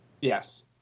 Yes